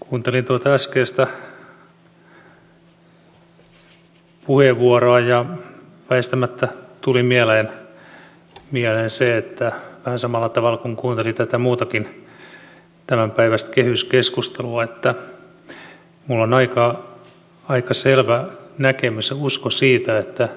kuuntelin tuota äskeistä puheenvuoroa ja väistämättä tuli mieleen vähän samalla tavalla kun kuunteli tätä muutakin tämänpäiväistä kehyskeskustelua ja minulla on siitä aika selvä näkemys ja usko siihen että